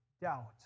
doubt